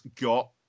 got